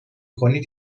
کنید